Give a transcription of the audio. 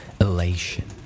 Elation